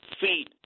feet